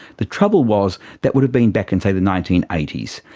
the trouble was that would have been back in, say, the nineteen eighty s,